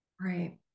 Right